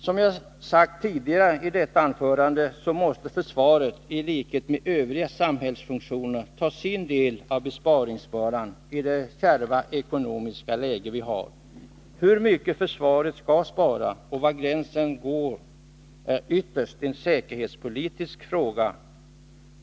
Som jag sagt tidigare i mitt anförande måste försvaret i likhet med övriga samhällsfunktioner ta sin del av besparingsbördan i det kärva ekonomiska läge vi har. Hur mycket försvaret skall spara och var gränsen skall gå är ytterst en säkerhetspolitisk fråga.